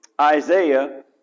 Isaiah